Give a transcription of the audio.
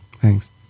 Thanks